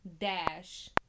dash